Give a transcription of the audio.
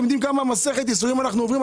אתם יודעים כמה מסכת ייסורים אנחנו עוברים?